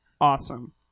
Awesome